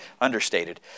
understated